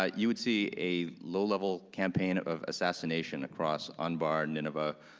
ah you would see a low level campaign of assassination across anbar, nineveh,